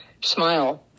smile